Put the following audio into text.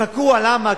תקוע, למה?